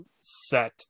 set